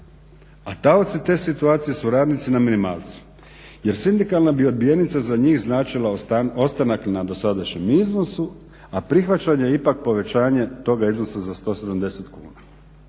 a taoci te situacije su radnici na minimalcu jer sindikalna bi odbijenica za njih značila ostanak na dosadašnjem iznosu, a prihvaćanje je ipak povećanje toga iznosa za 170 kuna.